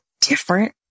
different